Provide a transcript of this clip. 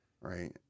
right